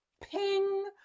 ping